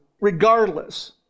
regardless